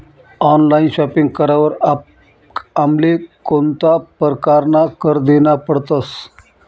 Online shopping करावर आमले कोणता परकारना कर देना पडतस?